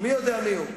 מי יודע מי הוא?